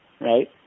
right